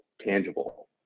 tangible